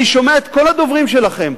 אני שומע את כל הדוברים שלכם,